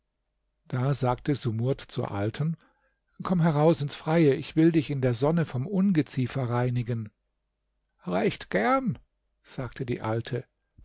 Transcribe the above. da sagte sumurd zur alten komm heraus ins freie ich will dich in der sonne vom ungeziefer reinigen recht gern sagte die alte